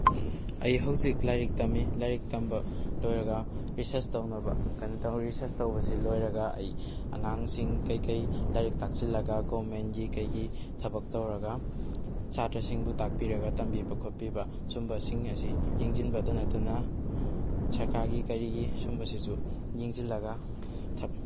ꯑꯩ ꯍꯧꯖꯤꯛ ꯂꯥꯏꯔꯤꯛ ꯇꯝꯃꯤ ꯂꯥꯏꯔꯤꯛ ꯇꯝꯕ ꯂꯣꯏꯔꯒ ꯔꯤꯁꯔꯁ ꯇꯧꯅꯕ ꯀꯟꯅ ꯇꯧꯔꯤ ꯔꯤꯁꯔꯁ ꯇꯧꯕꯁꯦ ꯂꯣꯏꯔꯒ ꯑꯩ ꯑꯉꯥꯡꯁꯤꯡ ꯀꯩꯀꯩ ꯂꯥꯏꯔꯤꯛ ꯇꯥꯛꯁꯤꯜꯂꯒ ꯒꯣꯃꯦꯟꯒꯤ ꯀꯩꯒꯤ ꯊꯕꯛ ꯇꯧꯔꯒ ꯁꯥꯇ꯭ꯔꯁꯤꯡꯕꯨ ꯇꯥꯛꯄꯤꯔꯒ ꯇꯝꯕꯤꯕ ꯈꯣꯠꯄꯤꯕ ꯁꯨꯝꯕꯁꯤꯡ ꯑꯁꯤ ꯌꯦꯡꯁꯤꯟꯕꯗ ꯅꯠꯇꯅ ꯁꯔꯀꯥꯔꯒꯤ ꯀꯔꯤꯒꯤ ꯁꯨꯝꯕꯁꯤꯁꯨ ꯌꯦꯡꯁꯤꯜꯂꯒ